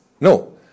no